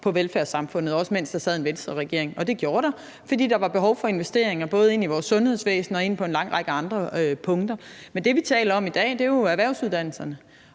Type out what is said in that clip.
på velfærdssamfundet, også mens der sad en Venstreregering, og det blev der, fordi der var behov for investeringer både i vores sundhedsvæsen og på en lang række andre punkter. Men det, vi taler om i dag, er jo erhvervsuddannelserne,